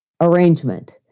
arrangement